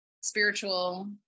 spiritual